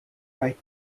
right